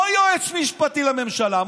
לא יועץ משפטי לממשלה.